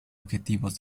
objetivos